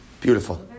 Beautiful